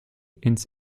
ins